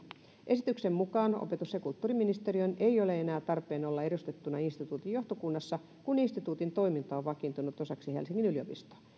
esityksen mukaan opetus ja kulttuuriministeriön ei ole enää tarpeen olla edustettuna instituutin johtokunnassa kun instituutin toiminta on vakiintunut osaksi helsingin yliopistoa